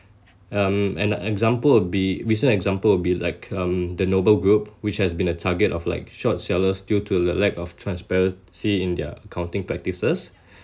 um an example would be recent example would be like um the noble group which has been a target of like short sellers due to the lack of transparency in their accounting practices